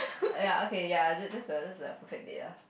ya okay ya that's the that's the perfect date lah